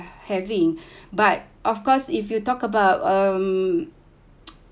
having but of course if you talk about um